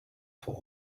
for